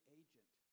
agent